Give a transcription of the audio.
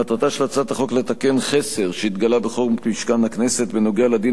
מטרתה של הצעת החוק לתקן חסר שהתגלה בחוק משכן הכנסת בנוגע לדין